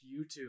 YouTube